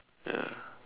ya